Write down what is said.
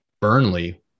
Burnley